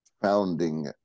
founding